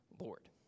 Lord